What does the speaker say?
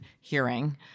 hearing